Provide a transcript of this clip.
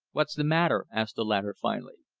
what's the matter? asked the latter finally.